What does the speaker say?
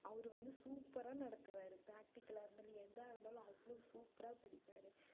அவர் வந்து சூப்பராக நடத்துவார் ப்ராக்டிக்கலாக இருந்தாலும் எதாக இருந்தாலும் அவ்வளோ சூப்பராக படிப்பார்